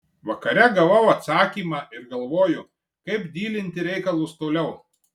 vakare gavau atsakymą ir galvoju kaip dylinti reikalus toliau